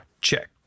check